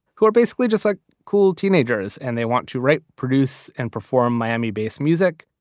who are basically just like cool teenagers and they want to write, produce and perform miami bass music.